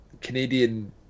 canadian